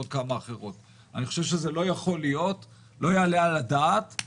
בוודאי בכל מה שנוגע לחברות שנהנות ממשאבי טבע.